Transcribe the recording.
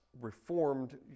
reformed